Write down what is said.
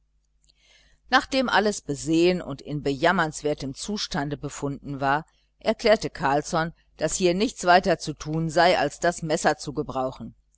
nachdem alles besehen und in bejammernswertem zustande befunden war erklärte carlsson daß hier nichts weiter zu tun sei als das messer zu gebrauchen